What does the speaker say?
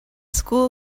school